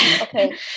Okay